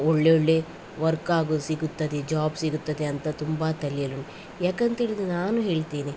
ಒಳ್ಳೆ ಒಳ್ಳೆ ವರ್ಕ್ ಹಾಗು ಸಿಗುತ್ತದೆ ಜಾಬ್ ಸಿಗುತ್ತದೆ ಅಂತ ತುಂಬ ತಲೆಯಲ್ಲಿ ಉಂಟು ಯಾಕೆಂತ ಹೇಳಿದ್ರೆ ನಾನು ಹೇಳ್ತಿನಿ